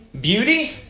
Beauty